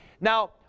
Now